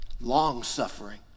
long-suffering